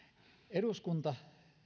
eduskunta